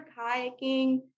kayaking